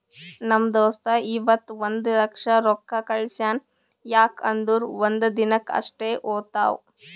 ನಮ್ ದೋಸ್ತ ಇವತ್ ಒಂದ್ ಲಕ್ಷ ರೊಕ್ಕಾ ಕಳ್ಸ್ಯಾನ್ ಯಾಕ್ ಅಂದುರ್ ಒಂದ್ ದಿನಕ್ ಅಷ್ಟೇ ಹೋತಾವ್